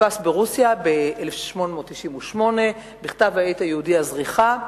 נדפס ברוסיה ב-1898 בכתב העת היהודי "זריחה",